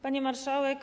Pani Marszałek!